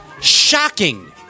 Shocking